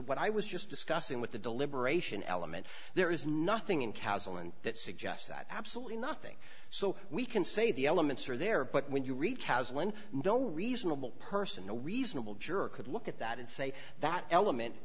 what i was just discussing with the deliberation element there is nothing in council and that suggests that absolutely nothing so we can say the elements are there but when you read cows when no reasonable person no reasonable juror could look at that and say that element